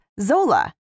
Zola